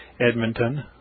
Edmonton